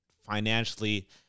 financially